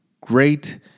great